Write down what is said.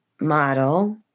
model